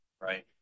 right